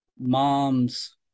mom's